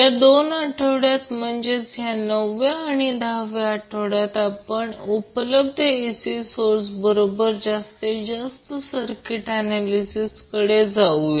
या दोन आठवड्यात म्हणजेच ह्या 9 व्या आणि या 10 व्या आठवड्यात आपण उपलब्ध AC सोर्स बरोबर जास्तीत जास्त सर्किट ऍनॅलिसिस कडे जाऊया